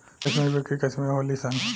कश्मीरी बकरी कश्मीर में होली सन